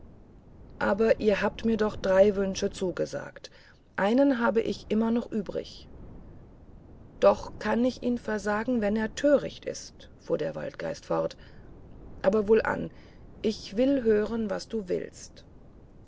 aber ihr habt mir doch drei wünsche zugesagt einen hab ich immer noch übrig doch kann ich ihn versagen wenn er töricht ist fuhr der waldgeist fort aber wohlan ich will hören was du willst